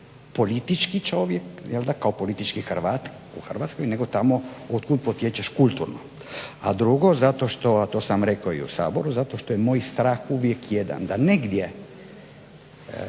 politički čovjek jel'da kao politički Hrvat u Hrvatskoj nego tamo otkud potječeš kulturno. A drugo, zato što, a to sam rekao i u Saboru, zato što je moj strah uvijek jedan da negdje